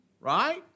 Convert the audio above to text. Right